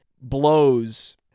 blows